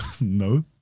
No